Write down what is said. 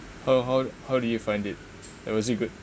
how how how do you find it yeah was it good